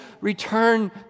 return